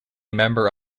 member